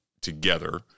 together